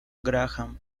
graham